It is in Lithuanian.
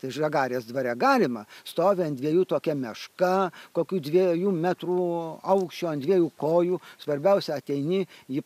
tai žagarės dvare galima stovi ant dviejų tokia meška kokių dviejų metrų aukščio ant dviejų kojų svarbiausia ateini ji